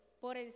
por